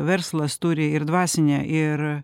verslas turi ir dvasinę ir